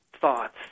thoughts